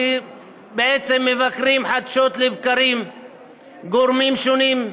כשבעצם מבקרים חדשות לבקרים גורמים שונים,